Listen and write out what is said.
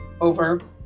over